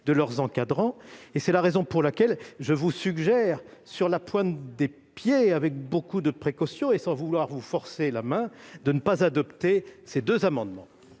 de leurs encadrants. C'est la raison pour laquelle je vous suggère, sur la pointe des pieds, avec beaucoup de précautions et sans vouloir vous forcer la main, mes chers collègues, de ne pas adopter ces amendements.